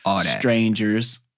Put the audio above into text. strangers